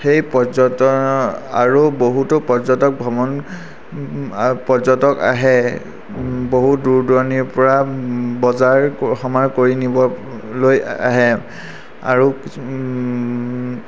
সেই পৰ্যটন আৰু বহুতো পৰ্যটক ভ্ৰমণ আৰু পৰ্যটক আহে বহু দূৰ দূৰণিৰপৰা বজাৰ সমাৰ কৰি নিবলৈ আহে আৰু কিছু